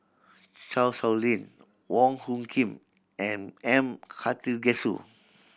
Chan Sow Lin Wong Hung Khim and M Karthigesu